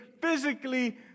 physically